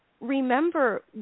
remember